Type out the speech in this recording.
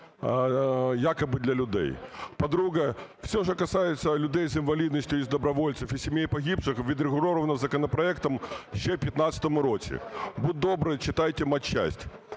якобы для людей. По-друге, все, що касается людей з інвалідністю і добровольців, і сімей погибших, відрегульовано законопроектом ще в 15-му році. Будь добрий, читайте матчасть.